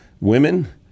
Women